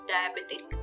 Diabetic